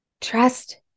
trust